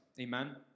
Amen